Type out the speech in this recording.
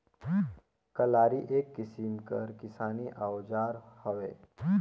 कलारी एक किसिम कर किसानी अउजार हवे